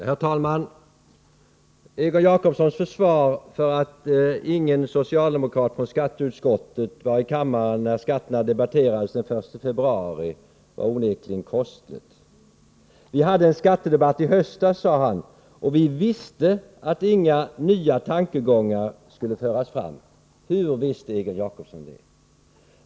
Herr talman! Egon Jacobssons försvar för att ingen socialdemokrat från skatteutskottet var i kammaren när skatterna debatterades den 1 februari var onekligen kostligt. Vi hade en skattedebatt i höstas sade han, och vi visste att inga nya tankegångar skulle föras fram. Hur visste Egon Jacobsson det?